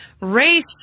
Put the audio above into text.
Race